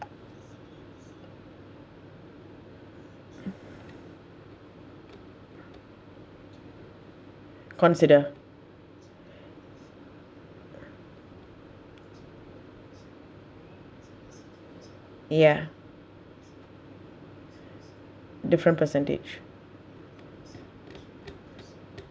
consider ya different percentage